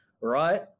right